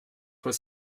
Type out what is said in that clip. was